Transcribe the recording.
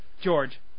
George